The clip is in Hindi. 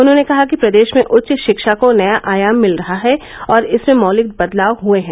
उन्होंने कहा कि प्रदेष में उच्च षिक्षा को नया आयाम मिल रहा है और इसमें मौलिक बदलाव हुए हैं